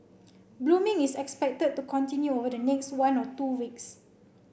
blooming is expected to continue over the next one or two weeks